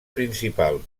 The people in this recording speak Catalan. principal